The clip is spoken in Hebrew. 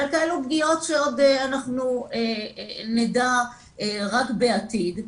ועל כאלה פגיעות שאנחנו נדע רק בעתיד,